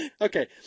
Okay